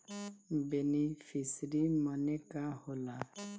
Beneficiary मने का होला?